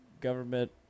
Government